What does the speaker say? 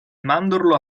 mandorlo